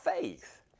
faith